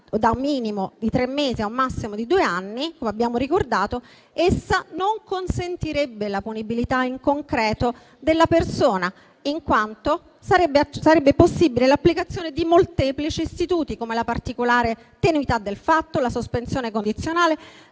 da un minimo di tre mesi a un massimo di due anni, come abbiamo ricordato, essa non consentirebbe la punibilità in concreto della persona, in quanto sarebbe possibile l'applicazione di molteplici istituti, come la particolare tenuità del fatto, la sospensione condizionale,